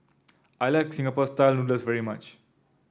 I Like Singapore style noodles very much